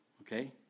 okay